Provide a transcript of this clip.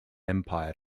empire